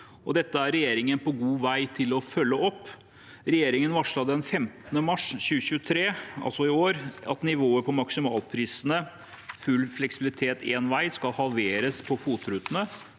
dette er regjeringen på god vei til å følge opp. Regjeringen varslet den 15. mars 2023, altså i år, at nivået på maksimalprisene, full fleksibilitet én vei, skal halveres på FOT-rutene